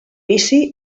vici